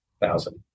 thousand